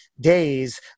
days